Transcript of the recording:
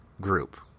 group